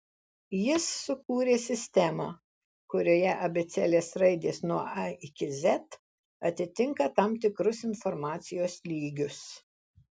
jis sukūrė sistemą kurioje abėcėlės raidės nuo a iki z atitinka tam tikrus informacijos lygius